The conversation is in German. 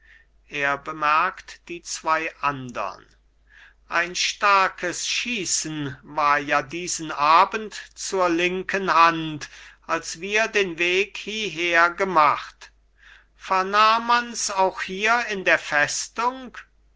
er bemerkt die zwei andern ein starkes schießen war ja diesen abend zur linken hand als wir den weg hieher gemacht vernahm mans auch hier in der festung